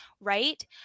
Right